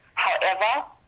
however,